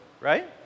right